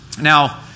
Now